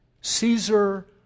Caesar